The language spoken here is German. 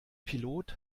pilot